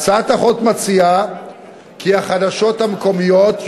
בהצעת‏ החוק‏ מוצע‏ כי‏ החדשות‏ המקומיות‏